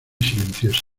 silenciosa